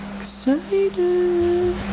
Excited